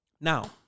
Now